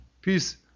peace